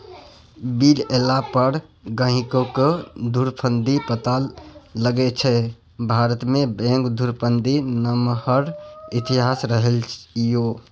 bill एला पर गहिंकीकेँ धुरफंदी पता लगै छै भारतमे बैंक धुरफंदीक नमहर इतिहास रहलै यै